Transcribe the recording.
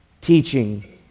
teaching